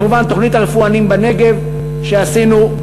כמובן, תוכנית ה"רפואנים לנגב" שעשינו.